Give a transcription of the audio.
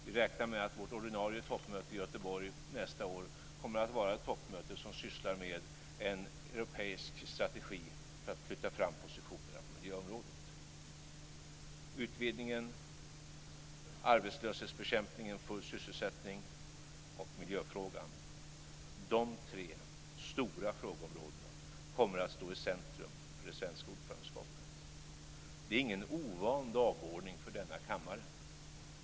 Vi räknar med att vårt ordinarie toppmöte i Göteborg nästa år kommer att vara ett toppmöte som sysslar med en europeisk strategi för att flytta fram positionerna på miljöområdet. Utvidgningen, arbetslöshetsbekämpningen och full sysselsättning samt miljöfrågan är tre stora frågeområden som kommer att stå i centrum för det svenska ordförandeskapet. Det är ingen ovan dagordning för denna kammare.